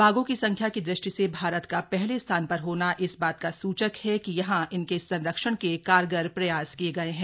बाघों की संख्या की दृष्टि से भारत का पहले स्थान पर होना इस बात का सूचक है कि यहां इनके संरक्षण के कारगर प्रयास किए गए हैं